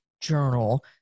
journal